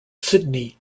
sydney